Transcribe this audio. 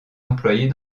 employée